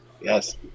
Yes